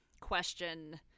question